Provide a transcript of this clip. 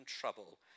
trouble